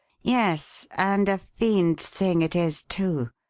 yes. and a fiend's thing it is, too.